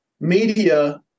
media